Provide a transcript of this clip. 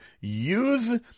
use